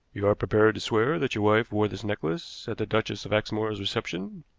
you are prepared to swear that your wife wore this necklace at the duchess of exmoor's reception?